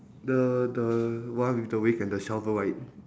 the the one with the brick and the shovel right